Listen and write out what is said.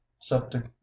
septic